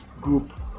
group